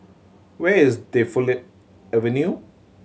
where is Defu Avenue